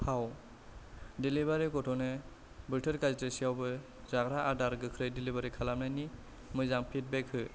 फाव डेलिभारि गथ'नो बोथोर गाज्रिसेआवबो जाग्रा आदार गोख्रै डेलिभारि खालामनायनि मोजां फिडबेक हो